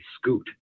scoot